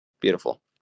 Beautiful